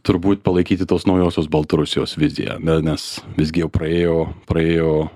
turbūt palaikyti tos naujosios baltarusijos viziją nes visgi jau praėjo praėjo